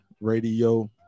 Radio